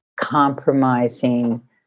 compromising